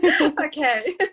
Okay